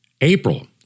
April